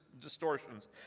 distortions